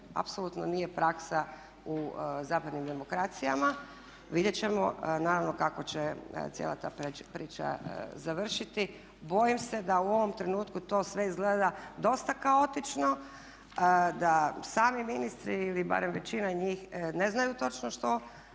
apsolutno nije praksa u zapadnim demokracijama. Vidjet ćemo naravno kako će cijela ta priča završiti. Bojim se da u ovom trenutku to sve izgleda dosta kaotično, da sami ministri ili barem većina njih ne znaju točno što